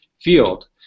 field